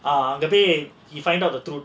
ah அங்க போயி:anga poi he find out the truth